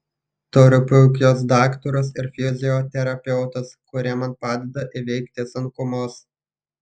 turiu puikius daktarus ir fizioterapeutus kurie man padeda įveikti sunkumus